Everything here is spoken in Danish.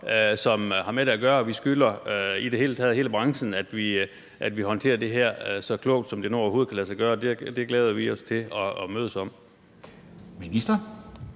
som har med det at gøre, og vi skylder i det hele taget hele branchen, at vi håndterer det her så klogt, som det nu overhovedet kan lade sig gøre. Det glæder vi os til at mødes om.